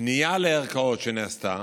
פנייה שנעשתה